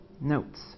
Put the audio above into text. notes